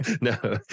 No